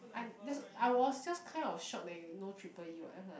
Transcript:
I'm just I was just kind of shock that you know triple E what that's